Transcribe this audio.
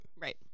Right